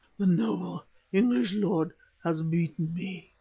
the noble english lord has beaten me,